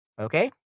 Okay